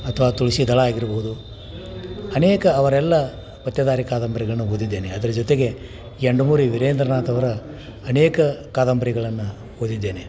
ಅಥವಾ ತುಳ್ಸಿ ದಳ ಆಗಿರಬಹುದು ಅನೇಕ ಅವರೆಲ್ಲ ಪತ್ತೆದಾರಿ ಕಾದಂಬರಿಗಳ್ನ ಓದಿದ್ದೇನೆ ಅದ್ರ ಜೊತೆಗೆ ಯಂಡಮೂರಿ ವೀರೇಂದ್ರನಾಥ್ ಅವರ ಅನೇಕ ಕಾದಂಬರಿಗಳನ್ನ ಓದಿದ್ದೇನೆ